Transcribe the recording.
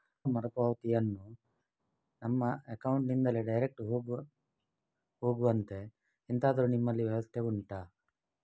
ಸಾಲ ಮರುಪಾವತಿಯನ್ನು ನಮ್ಮ ಅಕೌಂಟ್ ನಿಂದಲೇ ಡೈರೆಕ್ಟ್ ಹೋಗುವಂತೆ ಎಂತಾದರು ನಿಮ್ಮಲ್ಲಿ ವ್ಯವಸ್ಥೆ ಉಂಟಾ